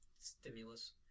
stimulus